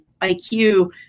IQ